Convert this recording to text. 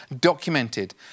documented